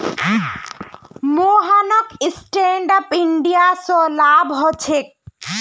मोहनक stand up India स लाभ ह छेक